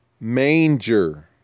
manger